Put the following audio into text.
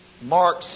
Mark